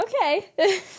Okay